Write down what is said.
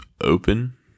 open